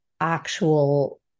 actual